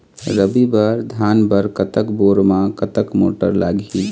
रबी बर धान बर कतक बोर म कतक मोटर लागिही?